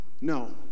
No